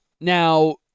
now